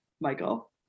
Michael